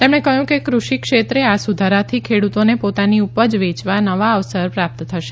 તેમણે કહ્યું કે ક્રષિ ક્ષેત્રે આ સુધારાથી ખેડૂતોને પોતાની ઉપજ વેચવા નવા અવસર પ્રાપ્ત થશે